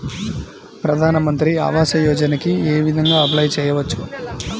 ప్రధాన మంత్రి ఆవాసయోజనకి ఏ విధంగా అప్లే చెయ్యవచ్చు?